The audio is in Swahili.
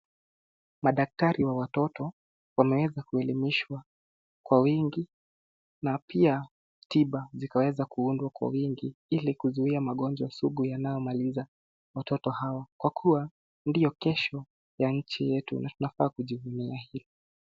Madaktari wa watoto wameweza kuelimishwa kwa wingi na pia tiba zikaweza kuundwa kwa wingi ili kuzuia magonjwa sugu yanayomaliza watoto hawa kwa kuwa ndio kesho ya nchi yetu na tunafaa kujivunia hilo.